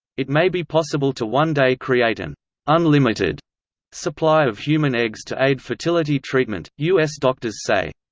it may be possible to one day create an unlimited supply of human eggs to aid fertility treatment, us doctors say.